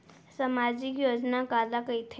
सामाजिक योजना काला कहिथे?